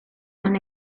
non